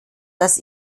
dass